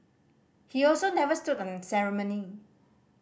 he also never stood on ceremony